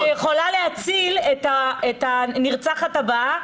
- שיכולה להציל את הנרצחת הבאה.